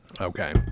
Okay